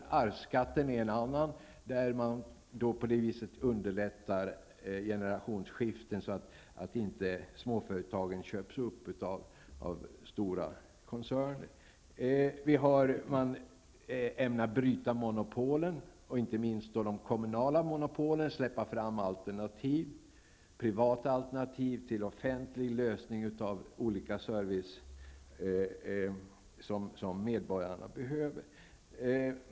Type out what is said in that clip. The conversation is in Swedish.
Förslaget om arvsskatten är en annan. På det sättet underlättar man generationsskiften så att småföretagen inte köps upp av stora koncerner. Man ämnar vidare bryta monopolen, inte minst de kommunala monopolen, och släppa fram privata alternativ till offentligt handahållande av den service som medborgarna behöver.